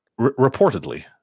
reportedly